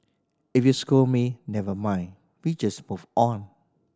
if you scold me never mind we just move on